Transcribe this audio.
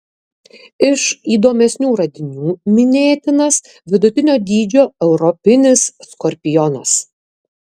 iš įdomesnių radinių minėtinas vidutinio dydžio europinis skorpionas